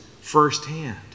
firsthand